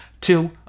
Two